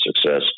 success